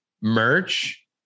merch